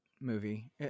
movie